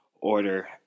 order